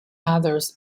others